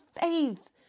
faith